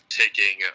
taking